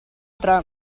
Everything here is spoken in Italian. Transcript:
tre